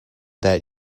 that